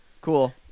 Cool